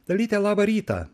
dalyte labą rytą